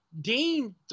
Dean